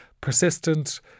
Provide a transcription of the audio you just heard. persistent